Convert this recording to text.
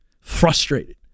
frustrated